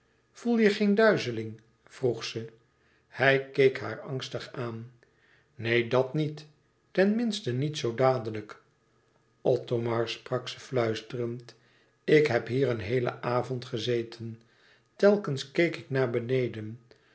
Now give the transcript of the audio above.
voel je geen duizeling vroeg ze hij keek haar angstig aan neen dat niet ten minste niet zoo dadelijk othomar sprak ze fluisterend ik heb hier een heelen avond gezeten telkens keek ik naar beneden